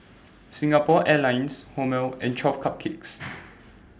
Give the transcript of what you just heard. Singapore Airlines Hormel and twelve Cupcakes